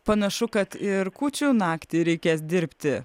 panašu kad ir kūčių naktį reikės dirbti